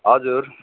हजुर